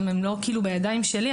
גם הם לא בידיים שלי,